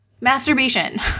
masturbation